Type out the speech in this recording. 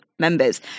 members